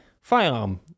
Firearm